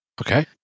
Okay